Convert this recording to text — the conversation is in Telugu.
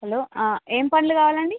హలో ఏం పండ్లు కావాలండి